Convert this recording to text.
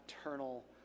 eternal